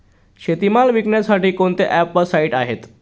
शेतीमाल विकण्यासाठी कोणते ॲप व साईट आहेत?